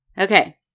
Okay